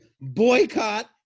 Boycott